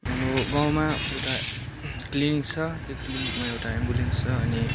हाम्रो गाउँमा एउटा क्लिनिक छ त्यो क्लिनिकमा एउटा एम्बुलेन्स छ अनि